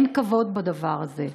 אין כבוד בדבר הזה,